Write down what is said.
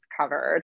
covered